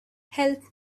help